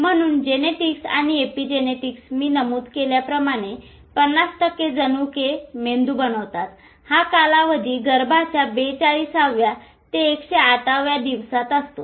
म्हणून जेनेटिक्स आणि एपिजेनेटिक्समध्ये मी नमूद केल्याप्रमाणे 50 टक्के जनुके मेंदू बनवतात हा कालावधी गर्भाच्या 42 व्या ते 108 व्या दिवसात असतो